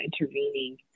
intervening